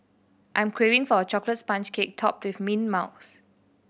I'm craving for a chocolate sponge cake topped with mint mousse